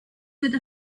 with